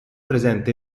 presente